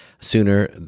sooner